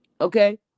okay